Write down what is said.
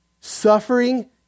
Suffering